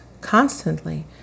constantly